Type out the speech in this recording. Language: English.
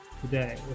today